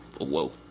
whoa